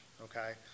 okay